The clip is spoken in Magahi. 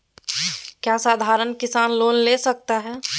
क्या साधरण किसान लोन ले सकता है?